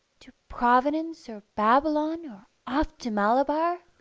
to providence, or babylon or off to malabar?